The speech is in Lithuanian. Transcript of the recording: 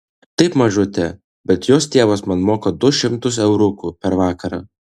taip mažute bet jos tėvas man moka du šimtus euriukų per vakarą